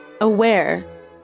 Aware